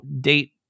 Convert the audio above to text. date